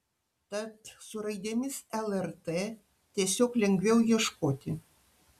tad su raidėmis lrt tiesiog lengviau ieškoti